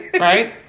right